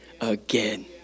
again